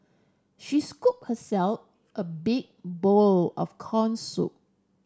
she scoop herself a big bowl of corn soup